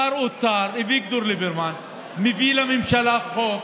שר האוצר אביגדור ליברמן מביא לממשלה חוק